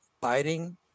biting